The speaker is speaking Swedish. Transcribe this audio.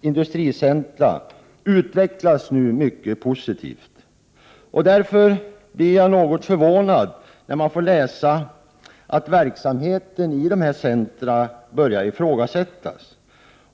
industricentra utvecklas mycket positivt. Därför blir man något förvånad när man får läsa att verksamheten börjar ifrågasättas.